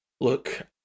Look